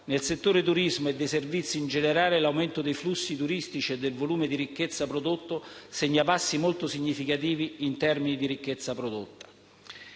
Nel settore del turismo e dei servizi in generale l'aumento dei flussi turistici e del volume di ricchezza generato segna passi molto significativi in termini di ricchezza prodotta.